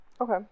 Okay